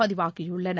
பதிவாகியுள்ளன